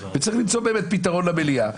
צריך למצוא פתרון למליאה,